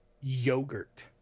yogurt